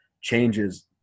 changes